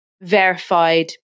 verified